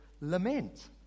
lament